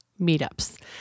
meetups